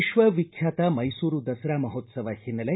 ವಿಕ್ವ ವಿಖ್ಯಾತ ಮೈಸೂರು ದಸರಾ ಮಹೋತ್ಲವ ಹಿನ್ನೆಲೆ